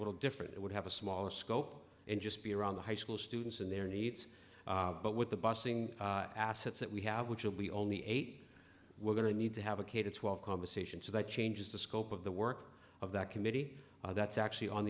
little different it would have a smaller scope and just be around the high school students and their needs but with the bussing assets that we have which will be only eight we're going to need to have a k twelve conversation so that changes the scope of the work of that committee that's actually on